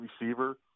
receiver